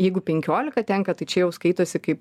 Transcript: jeigu penkiolika tenka tai čia jau skaitosi kaip